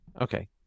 Okay